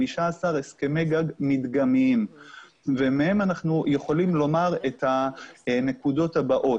15 הסכמי גג מדגמיים ומהם אנחנו יכולים לומר את הנקודות הבאות.